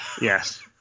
Yes